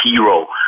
hero